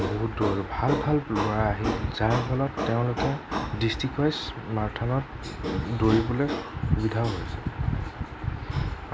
বহুত দূৰৰ ভাল ভাল ল'ৰা আহে যাৰ ফলত তেওঁলোকে ডিষ্ট্ৰিক্ট ৱাইজ মাৰথানত দৌৰিবলৈ সুবিধাও হৈছে